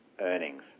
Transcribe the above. earnings